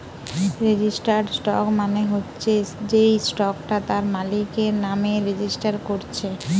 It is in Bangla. রেজিস্টার্ড স্টক মানে হচ্ছে যেই স্টকটা তার মালিকের নামে রেজিস্টার কোরছে